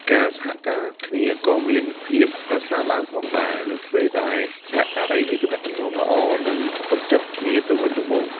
ការសហការគ្នាក៏មានភាពប្រសើរឡើងផងដែរ នៅពេលដែលសហការីមានទំនាក់ទំនងល្អ និងទុកចិត្តគ្នាទៅវិញទៅមក។